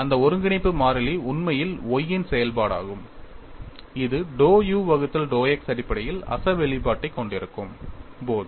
அந்த ஒருங்கிணைப்பு மாறிலி உண்மையில் y இன் செயல்பாடாகும் இது dou u வகுத்தல் dou x அடிப்படையில் அசல் வெளிப்பாட்டைக் கொண்டிருக்கும்போது